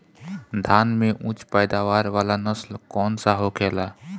धान में उच्च पैदावार वाला नस्ल कौन सा होखेला?